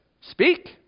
Speak